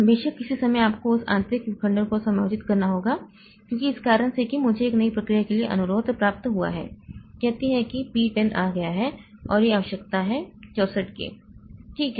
बेशक किसी समय आपको उस आंतरिक विखंडन को समायोजित करना होगा क्योंकि इस कारण से कि मुझे एक नई प्रक्रिया के लिए अनुरोध प्राप्त हुआ है कहती है कि पी 10 आ गया है और यह आवश्यकता है 64 के ठीक है